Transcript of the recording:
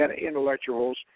intellectuals